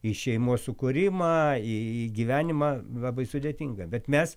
į šeimos sukūrimą į gyvenimą labai sudėtinga bet mes